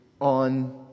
on